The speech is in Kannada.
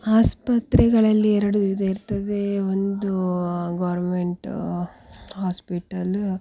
ಆಸ್ಪತ್ರೆಗಳಲ್ಲಿ ಎರಡು ವಿಧ ಇರ್ತದೆ ಒಂದು ಗೋರ್ಮೆಂಟ್ ಹಾಸ್ಪಿಟಲ್